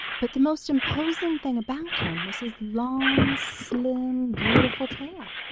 but the most imposing thing about him was his long, slim, beautiful tail.